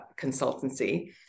consultancy